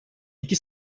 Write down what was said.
iki